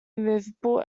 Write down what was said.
movable